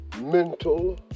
mental